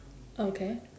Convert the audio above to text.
okay